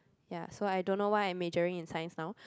ya so I don't know why I majoring in Science now